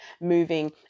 moving